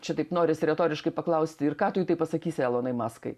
čia taip norisi retoriškai paklausti ir ką tu į tai pasakysi elonai maskai